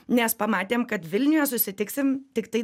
nes pamatėm kad vilniuje susitiksim tiktai